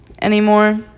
anymore